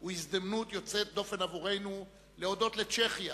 הוא הזדמנות יוצאת דופן עבורנו להודות לצ'כיה